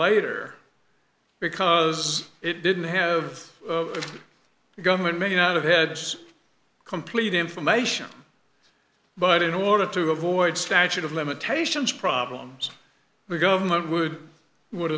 later because it didn't have a government made out of heads complete information but in order to avoid statute of limitations problems the government would would